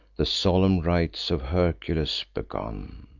the solemn rites of hercules begun,